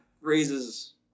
raises